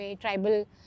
tribal